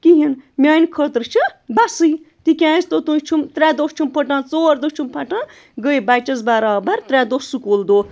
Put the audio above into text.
کِہیٖنۍ میٛانہِ خٲطرٕ چھِ بَسٕے تِکیٛازِ توٚتام چھُم ترٛےٚ دۄہ چھُم پھٕٹان ژور دۄہ چھُم پھٹان گٔے بَچَس برابر ترٛےٚ دۄہ سکوٗل دۄہ